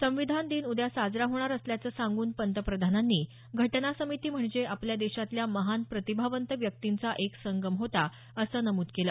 संविधान दिन उद्या साजरा होणार असल्याचं सांगून पंतप्रधानांनी घटना समिती म्हणजे आपल्या देशातल्या महान प्रतिभावंत व्यक्तींचा एक संगम होता असं नमूद केलं